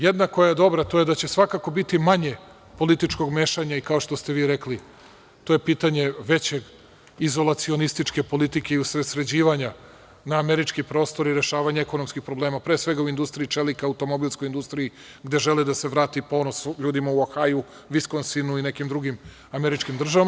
Jedna koja je dobra to je da će svakako biti manje političkog mešanja, kao što ste vi rekli, to je pitanje veće izolacionističke politike i usredsređivanja na američki prostor i rešavanje ekonomskih problema, pre svega u industriji čelika, automobilskoj industriji, gde žele da se vrati ponos ljudima u Ohaju, Viskonsinu i nekim drugim američkim državama.